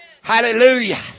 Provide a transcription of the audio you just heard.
Hallelujah